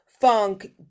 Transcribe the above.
funk